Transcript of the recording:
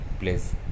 place